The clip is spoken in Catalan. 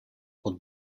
pot